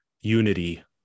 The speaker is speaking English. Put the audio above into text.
unity